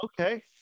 Okay